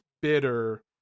bitter